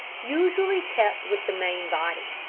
usually kept with the main body.